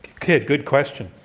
kid, good question.